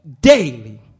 daily